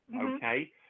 okay